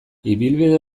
ibilbide